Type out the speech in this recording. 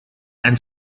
and